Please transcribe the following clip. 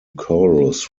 chorus